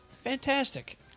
fantastic